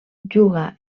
juga